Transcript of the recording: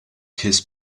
kiss